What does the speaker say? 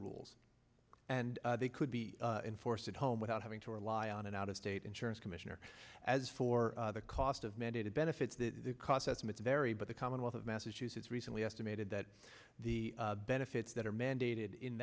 rules and they could be enforced at home without having to rely on an out of state insurance commissioner as for the cost of mandated benefits the cost estimates vary but the commonwealth of massachusetts recently estimated that the benefits that are mandated in